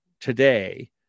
today